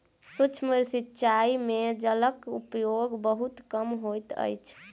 सूक्ष्म सिचाई में जलक उपयोग बहुत कम होइत अछि